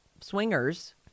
swingers